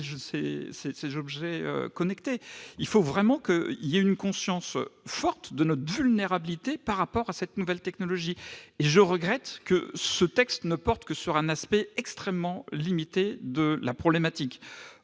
ces objets connectés. Il nous faut vraiment prendre conscience de notre vulnérabilité à ces nouvelles technologies, et je regrette que ce texte ne porte que sur un aspect extrêmement limité de la problématique.